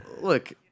Look